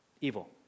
Evil